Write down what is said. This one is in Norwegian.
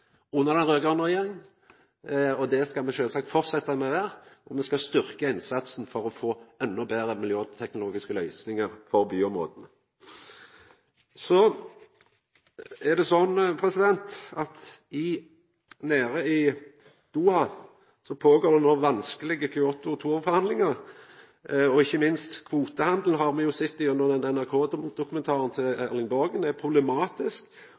under den raud-grøne regjeringa. Det skal me sjølvsagt fortsetja med å vera, og me skal styrkja innsatsen for å få endå betre miljøteknologiske løysingar for byområda. I Doha er det no vanskelege Kyoto 2-forhandlingar, og ikkje minst kvotehandel har me sett av NRK-dokumentaren til Erling Borgen er problematisk,